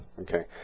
Okay